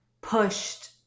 pushed